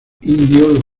indio